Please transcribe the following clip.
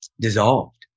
dissolved